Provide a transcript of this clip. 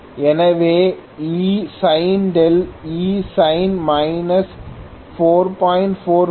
எனவே முந்தைய வழக்கில் E sin இருந்ததைப் பார்க்க முயற்சிப்போம் இது Eδ